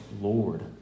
Lord